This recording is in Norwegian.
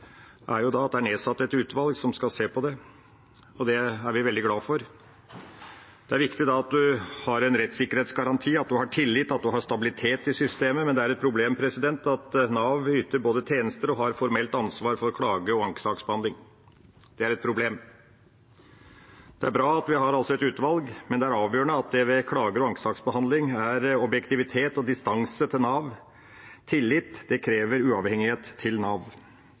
er nedsatt et utvalg som skal se på det, og det er vi veldig glade for. Det er viktig at man da har en rettssikkerhetsgaranti, at man har tillit, at man har stabilitet i systemet, men det er et problem at Nav yter både tjenester og har formelt ansvar for klage- og ankesaksbehandling. Det er et problem. Det er altså bra at vi har et utvalg, men det er avgjørende at det ved klager og ankesaksbehandling er objektivitet og distanse til Nav. Tillit krever uavhengighet fra Nav.